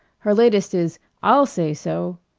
her latest is i'll say so!